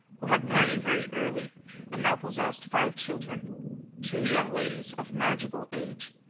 who had married very early and now possessed five children two young ladies of marriageable age,